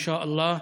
אינשאללה.